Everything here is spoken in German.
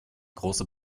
große